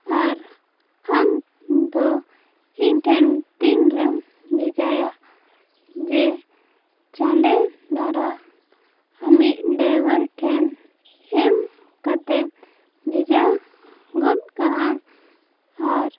ᱟᱨ ᱟᱢ ᱫᱚ ᱤᱧᱴᱷᱮᱱ ᱛᱤᱱᱨᱮᱢ ᱵᱷᱮᱡᱟᱭᱟ ᱡᱮ ᱪᱟᱸᱰᱮ ᱫᱷᱟᱨᱟ ᱟᱢᱤᱡ ᱰᱟᱭᱵᱷᱟᱨ ᱴᱷᱮᱱ ᱮᱢ ᱠᱟᱛᱮ ᱵᱷᱮᱡᱟ ᱜᱚᱫ ᱠᱟᱜ ᱟᱢ ᱟᱨ